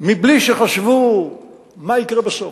בלי שחשבו מה יקרה בסוף,